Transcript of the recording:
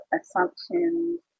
assumptions